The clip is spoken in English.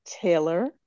taylor